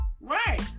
Right